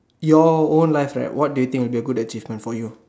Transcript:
your own life eh what do you think would be a good achievement for you